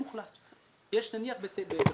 נניח של הגמ"ח,